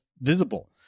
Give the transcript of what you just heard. visible